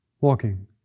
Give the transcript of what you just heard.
walking